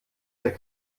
der